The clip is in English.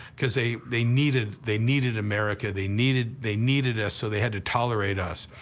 because they, they needed, they needed america, they needed, they needed us, so they had to tolerate us.